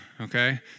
okay